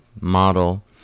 model